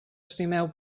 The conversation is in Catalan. estimeu